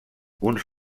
uns